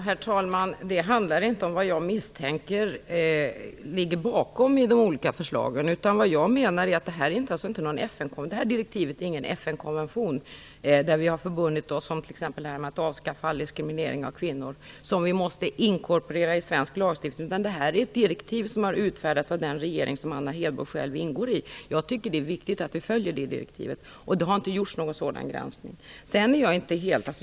Herr talman! Det handlar inte om vad jag misstänker ligger bakom de olika förslagen. Detta direktiv är ingen FN-kommission som vi måste inkorporera i svensk lagstiftning, där vi t.ex. har förbundit oss att avskaffa all diskriminering av kvinnor. Det är ett direktiv som har utfärdats av den regering som Anna Hedborg själv ingår i. Jag tycker att det är viktigt att vi följer det direktivet. Det har inte gjorts någon sådan granskning.